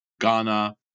Ghana